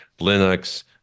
linux